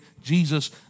Jesus